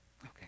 Okay